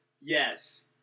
Yes